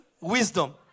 wisdom